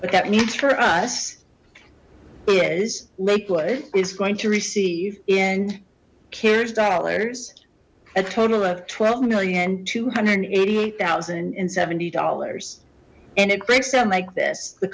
but that means for us is lakewood is going to receive in kerr's dollars a total of twelve million two hundred and eighty eight thousand and seventy dollars and it breaks down like this the